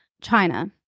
China